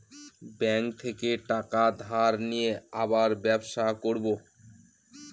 bank থেকে টাকা ধার নিয়ে আবার ব্যবসা করবো